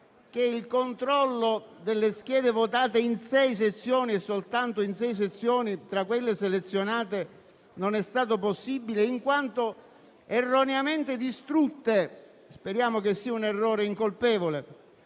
che il controllo delle schede votate in sei sezioni (e soltanto in sei tra quelle selezionate) non è stato possibile, in quanto erroneamente distrutte (speriamo che sia un errore, incolpevole